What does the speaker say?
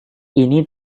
ini